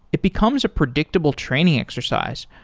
it becomes a predictable training exercise,